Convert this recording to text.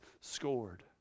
scored